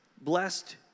blessed